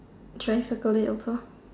should I circle it also